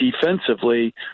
defensively